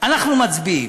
אנחנו מצביעים.